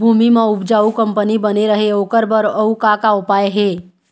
भूमि म उपजाऊ कंपनी बने रहे ओकर बर अउ का का उपाय हे?